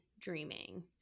dreaming